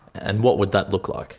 and what would that look look